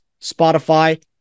Spotify